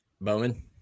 Bowen